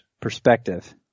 perspective